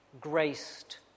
graced